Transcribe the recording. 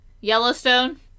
Yellowstone